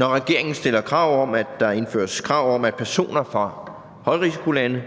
at der indføres krav om, at personer fra højrisikolande,